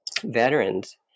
veterans